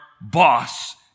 boss